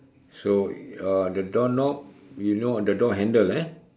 so uh the door knob you know on the door handle eh